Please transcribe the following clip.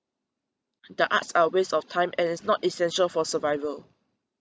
the arts are a waste of time and is not essential for survival